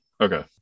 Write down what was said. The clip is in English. Okay